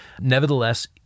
Nevertheless